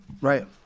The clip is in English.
Right